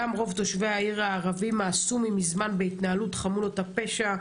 גם רוב תושבי העיר הערבים מאסו מזמן בהתנהלות חמולות הפשע.